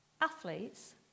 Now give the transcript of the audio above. athletes